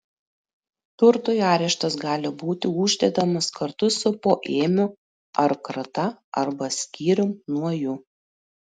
turtui areštas gali būti uždedamas kartu su poėmiu ar krata arba skyrium nuo jų